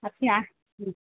আপনি আস হুম